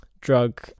drug